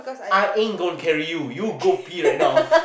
I ain't going carry you you go pee right now